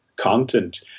content